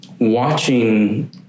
watching